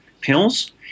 pills